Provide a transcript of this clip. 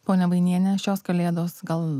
ponia vainiene šios kalėdos gal